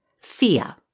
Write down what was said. Fear